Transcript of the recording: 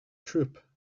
troop